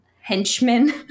henchmen